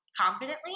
confidently